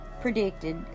predicted